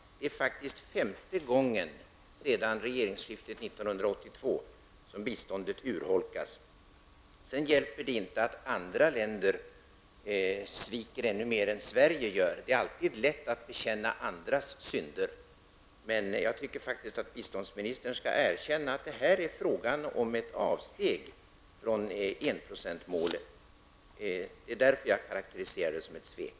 Det är faktiskt femte gången sedan regeringsskiftet 1982 som biståndet urholkas. Sedan hjälper det inte att andra länder sviker ännu mer än Sverige gör. Det är alltid lätt att bekänna andras synder, men jag tycker faktiskt att biståndsministern skall erkänna att det här är fråga om ett avsteg från enprocentsmålet. Det är därför som jag karakteriserar det som ett svek.